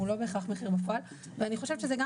הוא לא בהכרח מחיר בפועל ואני חושבת שזה גם